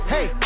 Hey